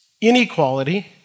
inequality